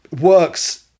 works